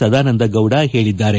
ಸದಾನಂದಗೌಡ ಹೇಳಿದ್ದಾರೆ